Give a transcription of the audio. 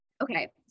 Okay